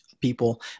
people